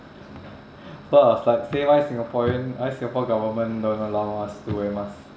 so I was like say why singaporean why singapore government don't allow us to wear mask